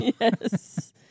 Yes